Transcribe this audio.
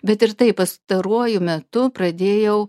bet ir tai pastaruoju metu pradėjau